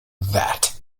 that